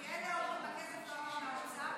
כי אלה אומרים: הכסף לא עבר מהאוצר,